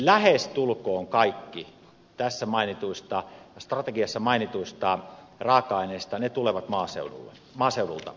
lähestulkoon kaikki tässä strategiassa mainituista raaka aineista tulevat maaseudulta